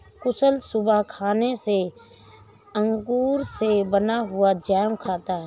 कुशल सुबह खाने में अंगूर से बना हुआ जैम खाता है